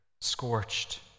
scorched